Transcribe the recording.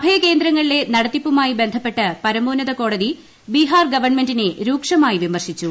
അഭയകേന്ദ്രങ്ങളിലെ നടത്തിപ്പുമായി ബന്ധപ്പെട്ട് പരമോന്നത കോടതി ബീഹാർ ഗവൺമെന്റിനെ രൂക്ഷമായി വിമർശിച്ചു